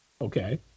Okay